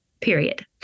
Period